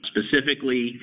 Specifically